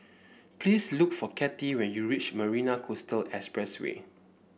please look for Kattie when you reach Marina Coastal Expressway